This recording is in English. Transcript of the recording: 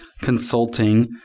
consulting